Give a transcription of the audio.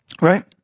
right